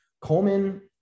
Coleman